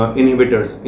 inhibitors